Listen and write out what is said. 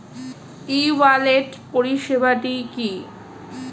ই wallet পরিষেবাটি কি?